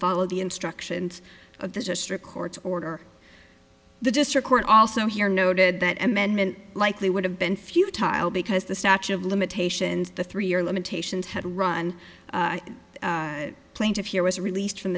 follow the instructions of the district court's order the district court also here noted that amendment likely would have been few teil because the statute of limitations the three year limitations had run plaintiff here was released from